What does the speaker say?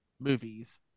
movies